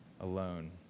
alone